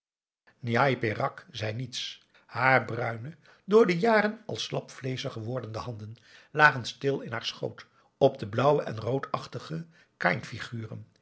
njai peraq zei niets haar bruine door de jaren al slapvleezig wordende handen lagen stil in haar schoot op de blauwe en roodachtige